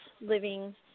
living